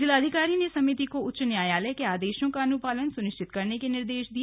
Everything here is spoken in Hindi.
जिलाधिकारी ने समिति को उच्च न्यायलय के आदेशों का अनुपालन सुनिश्चित करने के निर्देश दिए